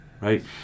Right